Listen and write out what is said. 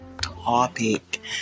topic